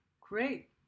Great